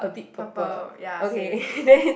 purple ya same